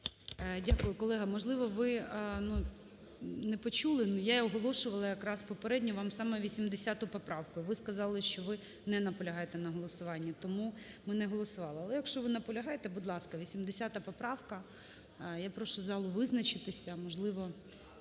Дякую, колего. Можливо, ви не почули, але я оголошувала якраз попередньо вам саме 80 поправку і ви сказали, що ви не наполягаєте на голосуванні. Тому ми не голосували. Але, якщо ви наполягаєте, будь ласка, 80 поправка. Я прошу залу визначитися. Можливо,